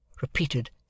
repeated